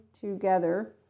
together